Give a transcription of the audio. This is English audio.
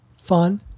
fun